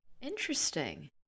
Interesting